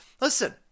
Listen